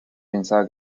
pensaba